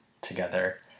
together